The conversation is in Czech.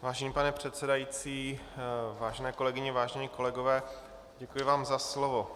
Vážený pane předsedající, vážené kolegyně, vážení kolegové, děkuji vám za slovo.